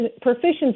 proficiency